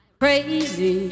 crazy